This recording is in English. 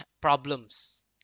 problems